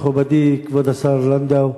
מכובדי כבוד השר לנדאו,